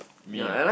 me ah